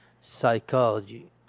psychology